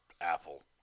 Apple